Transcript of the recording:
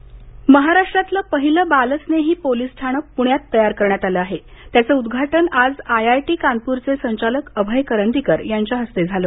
बाल स्नेही police station महाराष्ट्रातलं पहिलं बालस्नेही पोलीस ठाणं पुण्यात तयार करण्यात आलं असून त्याचं उद्घाटन आज आय आय टी कानपूरचे संचालक अभय करंदीकर यांच्या हस्ते झालं